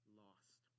lost